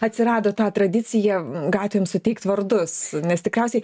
atsirado ta tradicija gatvėms suteikti vardus nes tikriausiai